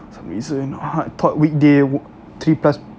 some reason I thought week day three plus